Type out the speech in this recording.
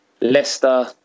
Leicester